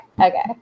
Okay